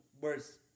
words